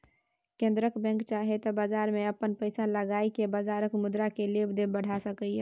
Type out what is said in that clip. केंद्रक बैंक चाहे त बजार में अपन पैसा लगाई के बजारक मुद्रा केय लेब देब बढ़ाई सकेए